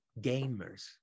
gamers